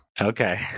Okay